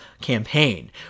campaign